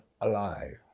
alive